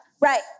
Right